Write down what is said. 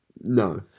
No